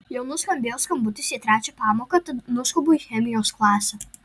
jau nuskambėjo skambutis į trečią pamoką tad nuskubu į chemijos klasę